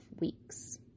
weeks